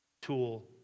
tool